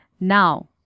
Now